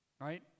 right